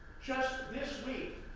just this week,